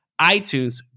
iTunes